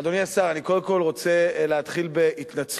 אדוני השר, קודם כול, אני רוצה להתחיל בהתנצלות